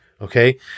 Okay